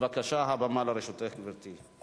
בבקשה, הבמה לרשותך, גברתי.